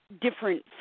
different